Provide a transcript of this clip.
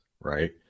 right